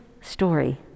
story